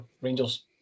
Rangers